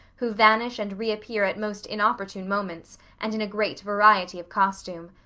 who vanish and reappear at most inopportune moments, and in a great variety of costume.